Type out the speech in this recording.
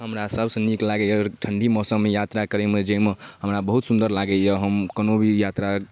हमरा सबसँ नीक लागैया ठण्डी मौसममे यात्रा करैमे जाहिमे हमरा बहुत सुन्दर लागैया हम कोनो भी यात्रा